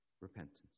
Repentance